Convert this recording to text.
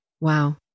Wow